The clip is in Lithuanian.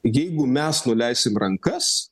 jeigu mes nuleisim rankas